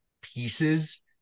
pieces